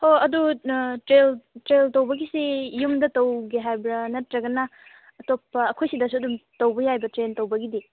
ꯍꯣ ꯑꯗꯨ ꯇ꯭ꯔꯦꯟ ꯇꯧꯕꯒꯤꯁꯤ ꯌꯨꯝꯗ ꯇꯧꯒꯦ ꯍꯥꯏꯕ꯭ꯔꯥ ꯅꯠꯇ꯭ꯔꯒꯅ ꯑꯇꯣꯄꯄ ꯑꯩꯈꯣꯏ ꯁꯤꯗꯁꯨ ꯑꯗꯨꯝ ꯇꯧꯕ ꯌꯥꯏꯕ ꯇ꯭ꯔꯦꯟ ꯇꯧꯕꯒꯤꯗꯤ